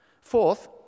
Fourth